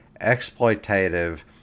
exploitative